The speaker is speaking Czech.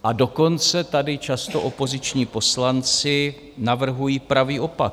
A dokonce tady často opoziční poslanci navrhují pravý opak.